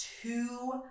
two